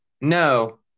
No